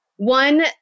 One